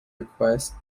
request